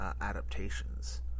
adaptations